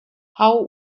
how